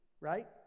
right